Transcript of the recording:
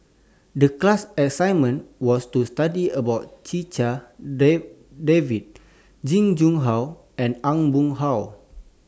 The class assignment was to study about Checha Davies Jing Jun Hong and Aw Boon Haw